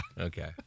Okay